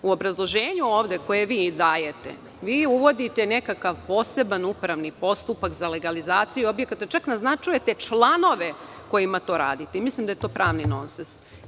U obrazloženju koji vi dajete vi uvodite nekakav posebni upravni postupak za legalizaciju objekata, čak naznačujete članove kojima to radite i mislim da je to pravni nonsens.